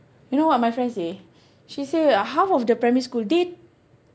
you know what my friend say she say half of the primary school they